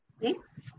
Next